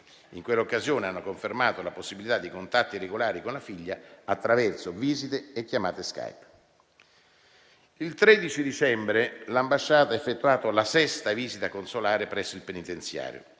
In quell'occasione hanno confermato la possibilità di contatti regolari con la figlia attraverso visite e chiamate via Skype. Il 13 dicembre l'ambasciata ha effettuato la sesta visita consolare presso il penitenziario.